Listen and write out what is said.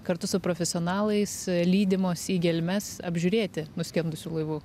kartu su profesionalais lydimos į gelmes apžiūrėti nuskendusių laivų